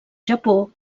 japó